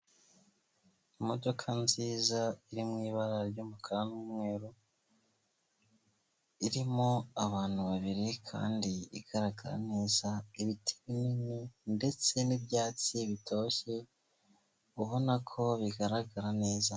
Imodoka nziza iri mu ibara ry'umukara n'umweru, irimo abantu babiri kandi igaragara neza, ibiti binini ndetse n'ibyatsi bitoshye, ubona ko bigaragara neza.